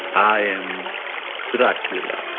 i am dracula